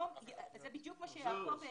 זה בדיוק מה שיעקב העלה.